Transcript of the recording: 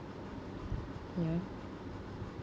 you know